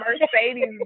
Mercedes